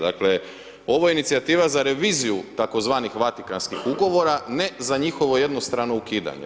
Dakle ovo je inicijativa za reviziju tzv. Vatikanskih ugovora ne za njihovo jednostrano ukidanje.